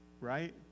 right